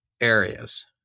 areas